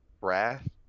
Wrath